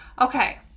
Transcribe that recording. Okay